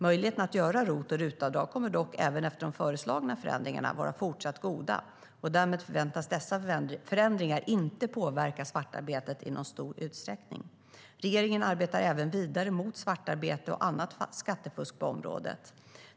Möjligheten att göra ROT och RUT-avdrag kommer dock, även efter de föreslagna förändringarna, att vara fortsatt god. Därmed förväntas dessa förändringar inte påverka svartarbetet i någon stor utsträckning. Regeringen arbetar även vidare mot svartarbete och annat skattefusk på området.